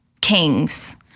kings